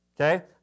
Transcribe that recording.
Okay